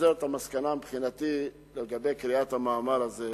וזאת המסקנה מבחינתי לגבי קריאת המאמר הזה,